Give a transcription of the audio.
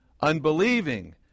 unbelieving